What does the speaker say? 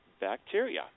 bacteria